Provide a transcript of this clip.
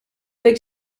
week